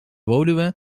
woluwe